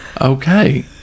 Okay